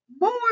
more